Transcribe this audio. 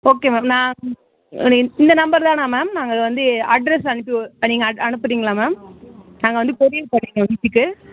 okay ma'am நான் ஒரு இந் இந்த நம்பர்தானா மேம் நாங்கள் வந்து அட்ரஸ் அனுப்பு நீங்கள் அனுப் அனுப்புகிறீங்களா மேம் நாங்கள் வந்து கொரியர் பண்ணிவிடுவோம் வீட்டுக்கு